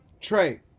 Trey